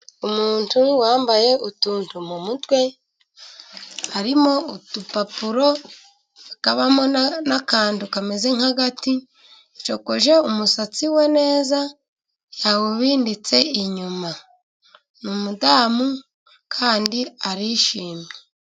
Umuntu wambaye utuntu mu mutwe, harimo udupapuro, hakabamo n'akantu kameze nk'agati, yasokoje umusatsi we neza, yawubinditse inyuma, ni umugore kandi arishimye.